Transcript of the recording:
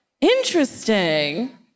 Interesting